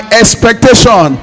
expectation